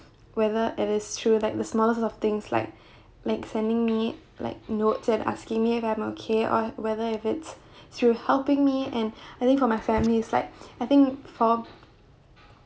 whether it is through like the smallest of things like like sending me like notes and asking me if I am okay or whether if it's through helping me and I think for my family is like I think for